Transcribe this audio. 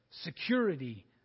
security